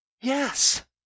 Yes